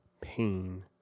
pain